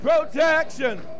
protection